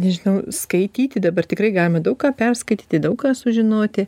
nežinau skaityti dabar tikrai galima daug ką perskaityti daug ką sužinoti